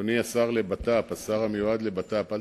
אדוני השר המיועד לביטחון הפנים,